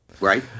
Right